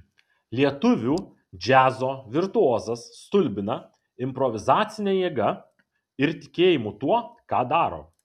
lietuvių džiazo virtuozas stulbina improvizacine jėga ir tikėjimu tuo ką daro